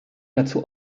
dazu